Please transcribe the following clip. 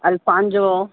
Alphonso